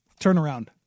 turnaround